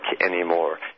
anymore